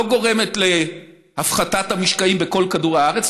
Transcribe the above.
לא גורמת להפחתת המשקעים בכל כדור הארץ.